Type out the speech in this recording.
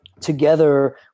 together